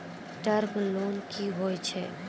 Term loan कि होय छै?